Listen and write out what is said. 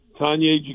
Tanya